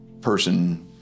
person